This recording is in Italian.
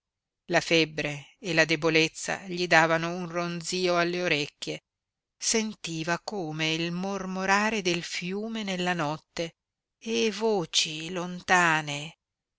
la febbre e la debolezza gli davano un ronzío alle orecchie sentiva come il mormorare del fiume nella notte e voci lontane